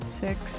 Six